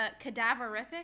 cadaverific